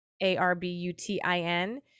A-R-B-U-T-I-N